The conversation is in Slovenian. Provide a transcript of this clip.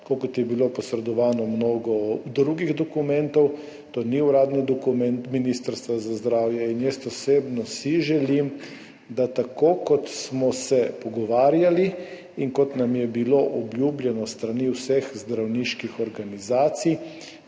tako kot je bilo posredovano mnogo drugih dokumentov. To ni uradni dokument Ministrstva za zdravje in jaz osebno si želim, da tako kot smo se pogovarjali in kot nam je bilo obljubljeno s strani vseh zdravniških organizacij,